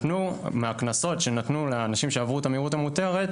מהקנסות שנתנו לאנשים שעברו את המהירות המותרת,